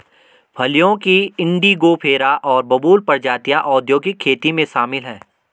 फलियों की इंडिगोफेरा और बबूल प्रजातियां औद्योगिक खेती में शामिल हैं